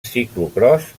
ciclocròs